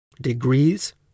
degrees